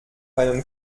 einen